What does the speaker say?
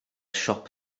siop